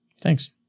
Thanks